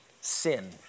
sin